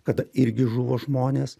kada irgi žuvo žmonės